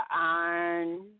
iron